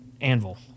anvil